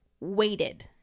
waited